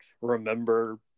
remember